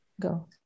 Go